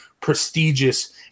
prestigious